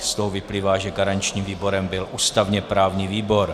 Z toho vyplývá, že garančním výborem byl ústavněprávní výbor.